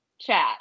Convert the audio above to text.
Chat